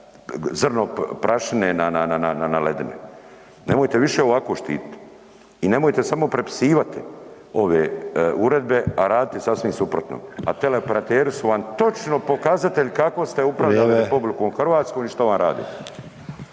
zrno prašine na ledini, nemojte više ovako štitit. I nemojte samo prepisivati ove uredbe, a raditi sasvim suprotno. A teleoperateri su vam točno pokazatelji kako ste upravljali RH i što vam rade.